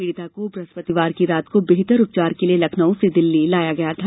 पीडिता को ब्रहस्पतिवार की रात को बेहतर उपचार के लिए लखनऊ से दिल्ली लाया गया था